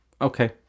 Okay